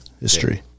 history